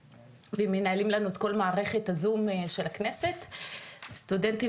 ומנהלים לנו את כל מערכת ה-zoom של הכנסת סטודנטים